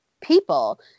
people